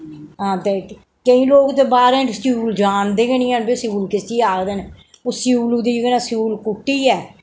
हां ते केईं लोक ते बाहरें स्यूल जानदे गै नेईं हैन कि स्यूल किसी आखदे न ओ स्यूलू दी कन्नै स्यूल कुट्टियै